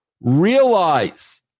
Realize